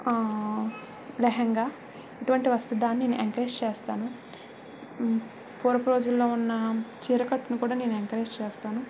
లెహంగా ఇటువంటి వస్త్రధారణను నేను ఎంకరేజ్ చేస్తాను పూర్వపు రోజులలో ఉన్న చీరకట్టును కూడా నేను ఎంకరేజ్ చేస్తాను